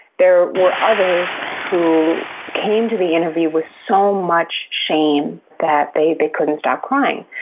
there were others who came to the interview with so much shame that they they couldn't stop crying.